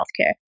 healthcare